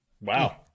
Wow